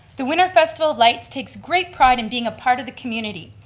the winter festival of lights takes great pride in being a part of the community.